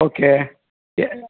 okay ಯ್